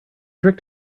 trick